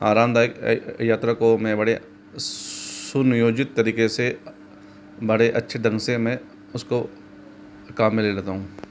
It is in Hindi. आरामदायक यात्रा को में बड़े सुनियोजित तरीक़े से बड़े अच्छे ढंग से मैं उस को काम में ले लेता हूँ